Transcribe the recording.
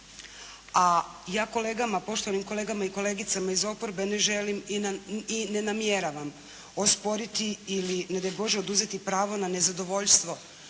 A ja kolegama, poštovanim kolegama i kolegicama iz oporbe ne želim i ne namjeravam osporiti ili ne daj Bože oduzeti pravo na nezadovoljstvo,